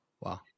Wow